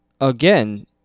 again